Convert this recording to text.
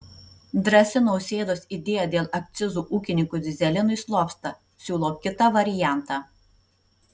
drąsi nausėdos idėja dėl akcizų ūkininkų dyzelinui slopsta siūlo kitą variantą